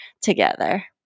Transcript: together